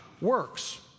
works